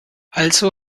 also